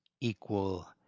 equal